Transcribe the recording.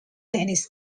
tennis